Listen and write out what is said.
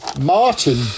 Martin